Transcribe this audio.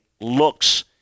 looks